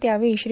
त्यावेळी श्री